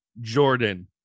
Jordan